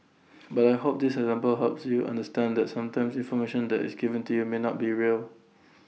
but I hope this example helps you understand that sometimes information that is given to you may not be real